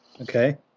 okay